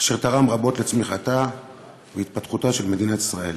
אשר תרם רבות לצמיחתה ולהתפתחותה של מדינת ישראל.